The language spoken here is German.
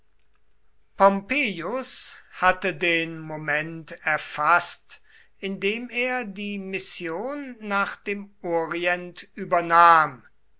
pompeius hatte den moment erfaßt indem er die mission nach dem orient übernahm